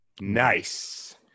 nice